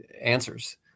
answers